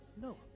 No